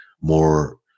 more